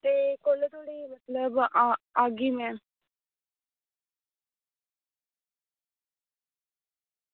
ते कोलै धोड़ी मतलब आह्गी में